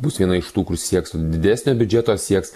bus viena iš tų kur sieks didesnio biudžeto sieks